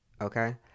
Okay